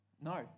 No